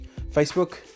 Facebook